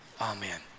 Amen